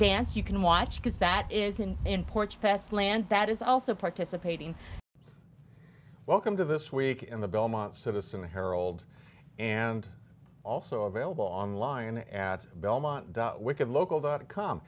dance you can watch because that is in imports best land that is also participating welcome to this week in the belmont citizen herald and also available online at belmont wicked local dot com